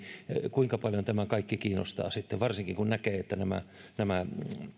kuinka paljon tämä kaikki kiinnostaa varsinkin kun näkee että nämä nämä